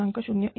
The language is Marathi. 01